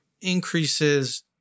increases